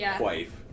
wife